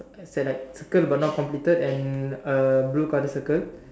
it's like circle but like not completed and a blue colour circle